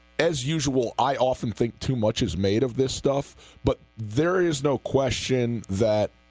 as usual i often think too much is made of this stuff but there is no question that